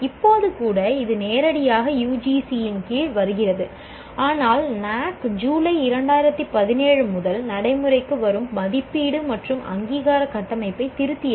இப்போது கூட இது நேரடியாக யுஜிசியின் கீழ் வருகிறது ஆனால் NAAC ஜூலை 2017 முதல் நடைமுறைக்கு வரும் மதிப்பீடு மற்றும் அங்கீகார கட்டமைப்பை திருத்தியது